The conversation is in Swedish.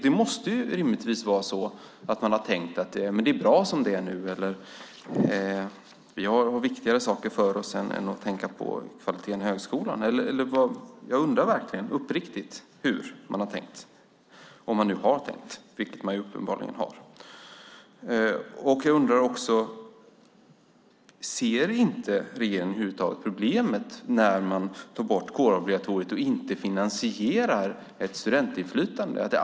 Det måste rimligtvis vara så att man har tänkt: Det är bra som det är nu. Vi har viktigare saker för oss än att tänka på kvaliteten i högskolan. Jag undrar uppriktigt hur man har tänkt - om man nu har tänkt, vilket man uppenbarligen gjort. Jag undrar vidare: Ser regeringen över huvud taget inte problemet med att man tog bort kårobligatoriet och inte finansierar ett studentinflytande?